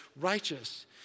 righteous